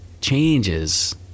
changes